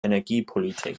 energiepolitik